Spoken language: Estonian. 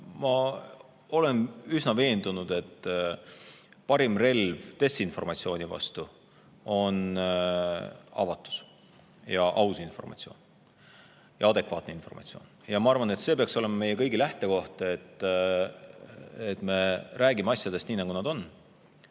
Ma olen üsna veendunud, et parim relv desinformatsiooni vastu on avatus, aus ja adekvaatne informatsioon. Ma arvan, et see peaks olema meie kõigi lähtekoht, et me räägime asjadest nii, nagu nad on.